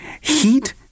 heat